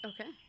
Okay